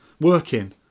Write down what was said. working